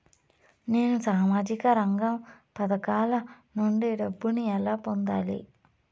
నేను సామాజిక రంగ పథకాల నుండి డబ్బుని ఎలా పొందాలి?